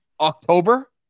October